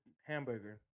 Hamburger